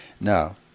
Now